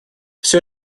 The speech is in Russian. все